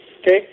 Okay